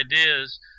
ideas